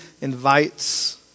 invites